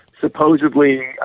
supposedly